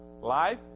life